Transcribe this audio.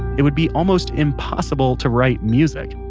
it would be almost impossible to write music.